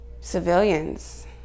civilians